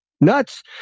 nuts